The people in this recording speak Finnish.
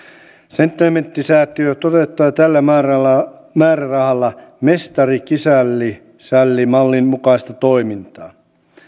setlementtisäätiö toteuttaa tällä määrärahalla määrärahalla mestari kisälli kisälli mallin mukaista toimintaa